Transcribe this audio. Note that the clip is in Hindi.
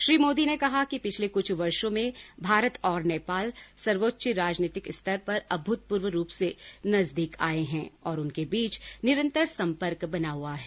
श्री मोदी ने कहा कि पिछले कुछ वर्षों में भारत और नेपाल सर्वोच्च राजनीतिक स्तर पर अभूतपूर्व रूप से नजदीक आए हैं और उनके बीच निरन्तर सम्पर्क बना हुआ है